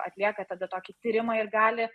atlieka tada tokį tyrimą ir gali